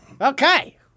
Okay